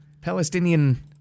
Palestinian